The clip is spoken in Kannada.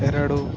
ಎರಡು